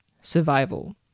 survival